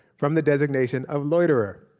from the designation of loiterer,